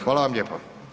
Hvala vam lijepo.